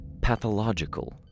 pathological